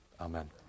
Amen